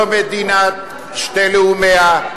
לא מדינת שני לאומיה.